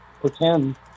pretend